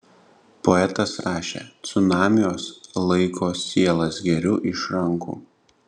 poetas rašė cunamiuos laiko sielas geriu iš rankų